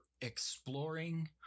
exploring